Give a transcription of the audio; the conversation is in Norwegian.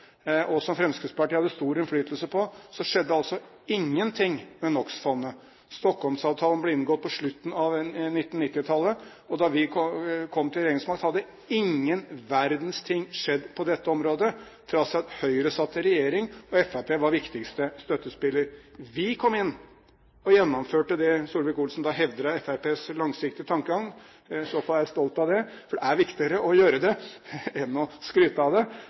og som Fremskrittspartiet hadde stor innflytelse på, skjedde det ingenting med NOx-fondet. Stockholmsavtalen ble inngått på slutten av 1990-tallet, og da vi kom til regjeringsmakt, hadde ingen verdens ting skjedd på dette området, trass i at Høyre satt i regjering og Fremskrittspartiet var viktigste støttespiller. Vi kom inn og gjennomførte det Solvik-Olsen hevder er Fremskrittspartiets langsiktige tankegang, i så fall er jeg stolt av det, for det er viktigere å gjøre det enn å skryte av det.